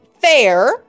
fair